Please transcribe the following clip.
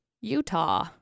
Utah